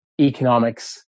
economics